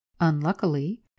unluckily